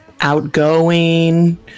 outgoing